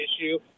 issue